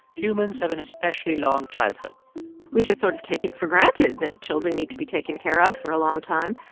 humans have an especially long childhood we just sort of take it for granted that children need to be taken care of for a long time.